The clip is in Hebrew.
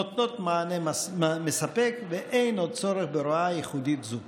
נותנות מענה מספק ואין עוד צורך בהוראה ייחודית זו.